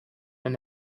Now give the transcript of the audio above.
and